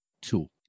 two